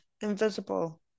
invisible